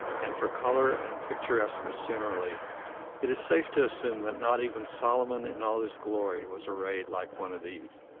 and for color and picturesqueness generally it is safe to assume that not even solomon in all his glory was arrayed like one of these.